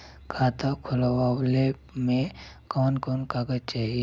खाता खोलवावे में कवन कवन कागज चाही?